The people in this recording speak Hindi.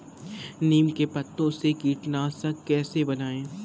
नीम के पत्तों से कीटनाशक कैसे बनाएँ?